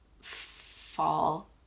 fall